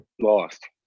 Lost